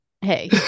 hey